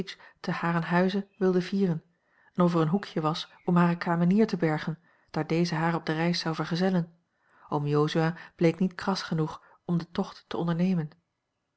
te haren huize wilde vieren en of er een hoekje was om hare kamenier te bergen daar deze haar op de reis zou vergezellen oom jozua bleek niet kras genoeg om den tocht te ondernemen